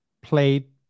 played